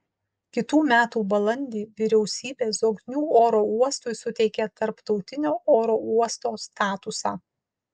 kitų metų balandį vyriausybė zoknių oro uostui suteikė tarptautinio oro uosto statusą